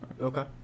Okay